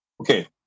Okay